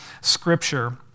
scripture